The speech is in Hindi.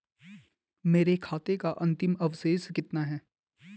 मेरे खाते का अंतिम अवशेष कितना है?